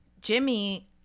Jimmy